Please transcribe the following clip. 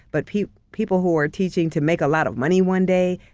but people people who are teaching to make a lot of money one day.